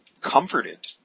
comforted